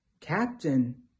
captain